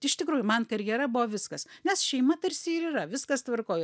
iš tikrųjų man karjera buvo viskas nes šeima tarsi ir yra viskas tvarkoj